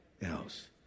else